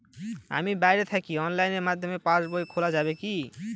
আমি বাইরে থাকি অনলাইনের মাধ্যমে পাস বই খোলা যাবে কি?